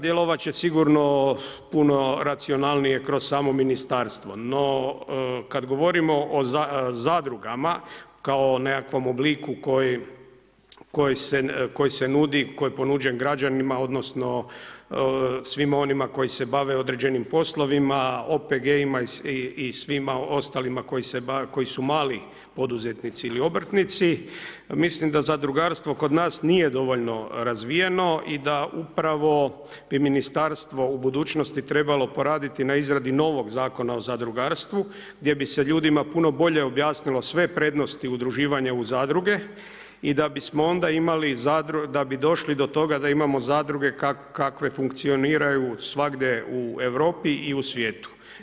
Djelovat će sigurno puno racionalnije kroz samo ministarstvo, no kad govorimo o zadrugama kao nekakvom obliku koji se nudi koji je ponuđen građanima odnosno svima koji se bave određenim poslovima, OPG-ima i svima ostalima koji se bave, koji su mali poduzetnici ili obrtnici, mislim da zadrugarstvo kod nas nije dovoljno razvijeno i da upravo bi ministarstvo u budućnosti trebalo poraditi na izradi novog zakona o zadrugarstvu gdje bi se ljudima puno bolje objasnilo sve prednosti udruživanja u zadruge i da bismo onda imali zadruge, da bi došli do toga da imamo zadruge kakve funkcioniraju svagdje u Europi i u svijetu.